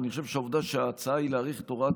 אני חושב שהעובדה שההצעה היא להאריך את הוראת